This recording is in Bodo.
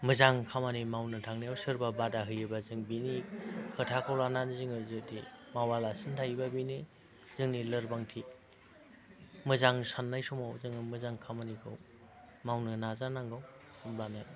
मोजां खामानि मावनो थांनायाव सोरबा बादा होयोबा जों बेनि खोथाखौ लानानै जोङो जुदि मावालासिनो थायोबा बेनो जोंनि लोरबांथि मोजां साननाय समाव जोङो मोजां खामानिखौ मावनो नाजानांगौ होनबानो